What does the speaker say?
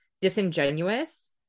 disingenuous